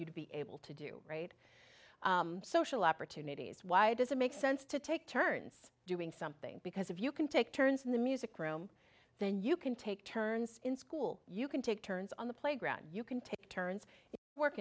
you to be able to do right social opportunities why does it make sense to take turns doing something because if you can take turns in the music room then you can take turns in school you can take turns on the playground you can take turns work